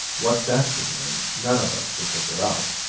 what that could mean, none of us could figure out.